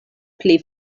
pli